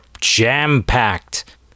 jam-packed